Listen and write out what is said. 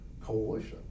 coalition